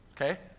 Okay